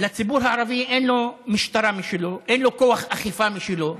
לציבור הערבי אין משטרה משלו, אין כוח אכיפה משלו.